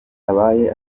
abaye